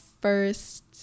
first